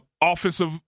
offensive